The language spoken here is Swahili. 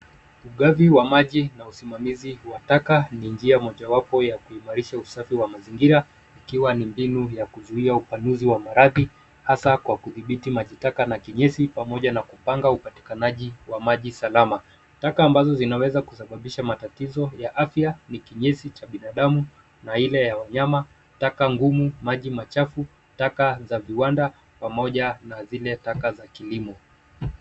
Ugavi wa maji na usimamizi wa taka ni njia mojawapo ya kuimarisha usafi wa mazingira, ikiwa ni mbinu ya kuzuia upanuzi wa maradhi, hasa kwa kudhibiti majitaka na kinyesi pamoja na kupanga upatikanaji wa maji salama. Taka ambazo zinaweza kusababisha matatizo ya afya ni kinyesi cha binadamu na ile ya wanyama, taka ngumu, maji machafu, taka za viwanda pamoja na zile taka za kilimo.